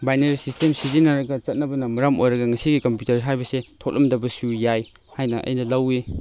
binary system ꯁꯤꯖꯤꯟꯅꯔꯒ ꯆꯠꯅꯕꯅ ꯃꯔꯝ ꯑꯣꯏꯔꯒ ꯃꯁꯤꯒꯤ ꯀꯝꯄ꯭ꯌꯨꯇꯔ ꯍꯥꯏꯕꯁꯦ ꯊꯣꯛꯂꯝꯗꯕꯁꯨ ꯌꯥꯏ ꯍꯥꯏꯅ ꯑꯩꯅ ꯂꯧꯏ